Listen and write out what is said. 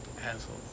Asshole